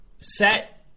set –